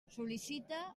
sol·licita